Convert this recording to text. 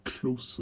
closer